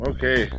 Okay